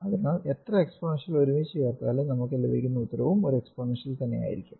അതിനാൽ എത്ര എക്സ്പോണൻഷ്യൽ ഒരുമിച്ചു ചേർത്താലും നമുക്ക് ലഭിക്കുന്ന ഉത്തരവും ഒരു എക്സ്പോണൻഷ്യൽ തന്നെയായിരിക്കയും